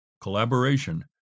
Collaboration